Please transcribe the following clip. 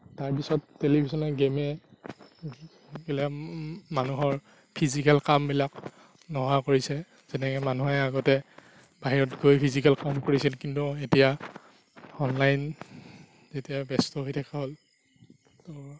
তাৰপিছত টেলিভিছনৰ গেমে গ্লেম মানুহৰ ফিজিকেল কামবিলাক নোহোৱা কৰিছে যেনেকে মানুহে আগতে বাহিৰত গৈ ফিজিকেল কাম কৰিছিল কিন্তু এতিয়া অনলাইন যেতিয়া ব্য়স্ত হৈ থকা হ'ল ত'